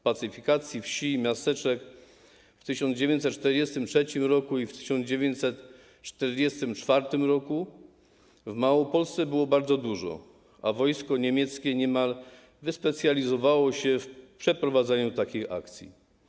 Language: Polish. Pacyfikacji wsi i miasteczek w 1943 r. i w 1944 r. w Małopolsce było bardzo dużo, a wojsko niemieckie niemal wyspecjalizowało się w przeprowadzaniu takich akcji.